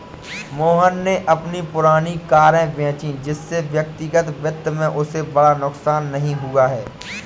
मोहन ने अपनी पुरानी कारें बेची जिससे व्यक्तिगत वित्त में उसे बड़ा नुकसान नहीं हुआ है